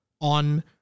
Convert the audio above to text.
on